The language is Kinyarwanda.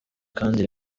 kandi